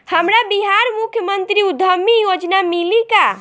हमरा बिहार मुख्यमंत्री उद्यमी योजना मिली का?